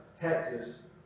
Texas